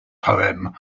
poem